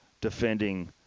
defending